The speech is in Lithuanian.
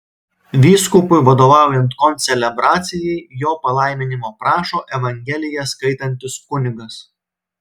vyskupui vadovaujant koncelebracijai jo palaiminimo prašo evangeliją skaitantis kunigas